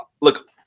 look